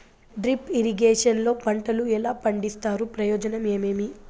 Drip irrigation లో పంటలు ఎలా పండిస్తారు ప్రయోజనం ఏమేమి?